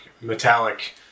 metallic